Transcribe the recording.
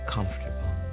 Comfortable